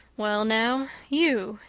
well now, you,